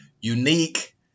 unique